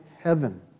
heaven